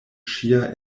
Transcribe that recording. ŝia